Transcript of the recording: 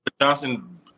Johnson